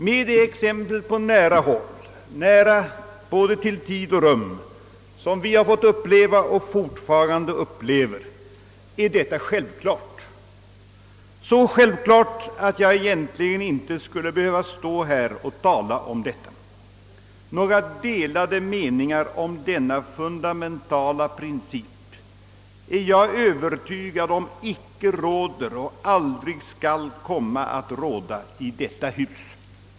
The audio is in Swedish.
Med de exempel på nära håll, nära både i tid och rum, som vi har fått uppleva och fortfarande upplever, är detta självklart — så självklart att jag egentligen inte skulle behöva stå här och tala om det. Några delade meningar om denna fundamentala princip är jag övertygad om icke råder och aldrig skall komma att råda i detta hus.